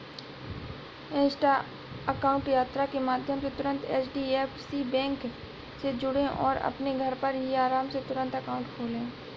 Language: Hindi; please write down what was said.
इंस्टा अकाउंट यात्रा के माध्यम से तुरंत एच.डी.एफ.सी बैंक से जुड़ें और अपने घर पर ही आराम से तुरंत अकाउंट खोले